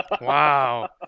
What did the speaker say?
Wow